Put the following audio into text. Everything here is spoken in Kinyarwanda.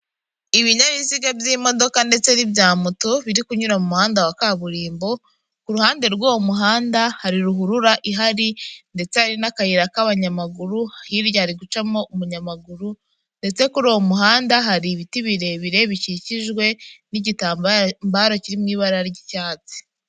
Ibinyabiziga by'imodoka ndetse n'ibya moto, biri kunyura mu muhanda wa kaburimbo; ku ruhande rw'uwo muhanda hari ruhurura ihari ndetse hari n'akayira k'abanyamaguru; hirya hari gucamo umunyamaguru, ndetse kuri uwo muhanda hari ibiti birebire bikikijwe n'igitambambaro kiri mu ibara ry'icyatsi.